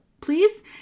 please